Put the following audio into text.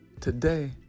Today